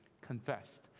confessed